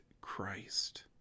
Christ